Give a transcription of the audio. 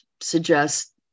suggest